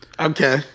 Okay